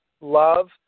love